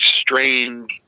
strange